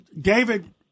David